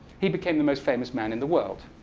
he became the most famous man in the world.